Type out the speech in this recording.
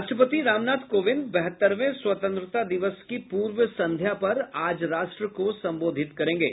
राष्ट्रपति रामनाथ कोविंद बहत्तरवें स्वतंत्रता दिवस की पूर्व संध्या पर आज राष्ट्र को संबोधित करेंगे